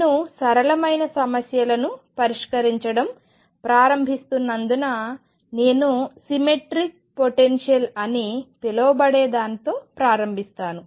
నేను సరళమైన సమస్యలను పరిష్కరించడం ప్రారంభిస్తున్నందున నేను సిమెట్రిక్ పొటెన్షియల్స్ అని పిలువబడే దానితో ప్రారంభిస్తాను